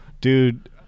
Dude